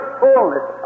fullness